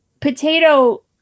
Potato